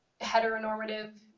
heteronormative